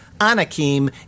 Anakim